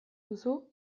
duzu